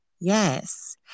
Yes